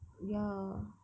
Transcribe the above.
ya